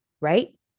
right